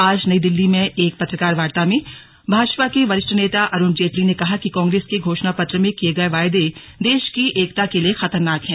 आज नई दिल्ली में एक पत्रकार वार्तो में भाजपा के वरिष्ठ नेता अरुण जेटली ने कहा कि कांग्रेस के घोषणापत्र में किये गए वायदे देश की एकता के लिए खतरनाक है